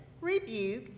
rebuke